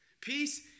Peace